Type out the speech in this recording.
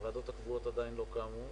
הוועדות הקבועות עדיין לא קמו,